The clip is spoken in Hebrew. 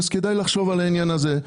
כדאי לחשוב על העניין הזה.